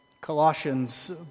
Colossians